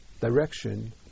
direction